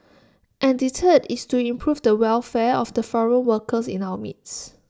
and the third is to improve the welfare of the foreign workers in our midst